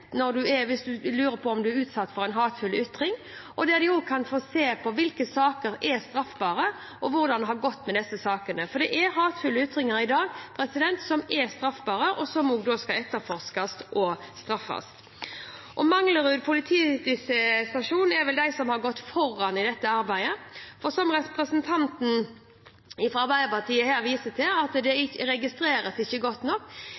der man også kan få se hvilke saker som er straffbare, og hvordan det har gått med disse sakene. For det er hatefulle ytringer i dag som er straffbare, og som skal etterforskes og straffes – Manglerud politistasjon er vel de som har gått foran i dette arbeidet – men som representanten fra Arbeiderpartiet her viser til, registreres det ikke godt nok.